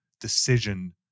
decision